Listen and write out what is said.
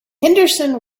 henderson